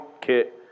kit